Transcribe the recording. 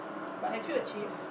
but have you achieved